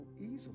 easily